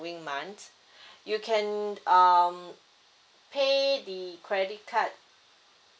~ing month you can um pay the credit card